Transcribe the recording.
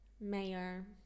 Mayor